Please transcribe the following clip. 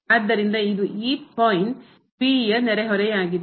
ಆದ್ದರಿಂದ ಇದು ಈ ಪಾಯಿಂಟ್ ಹಂತದ P ಯ ನೆರೆಹೊರೆಯಾಗಿದೆ